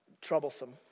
troublesome